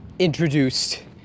Introduced